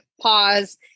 pause